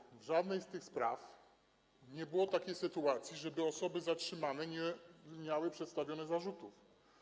W przypadku żadnej z tych spraw nie było takiej sytuacji, żeby osoby zatrzymane nie miały przedstawionych zarzutów.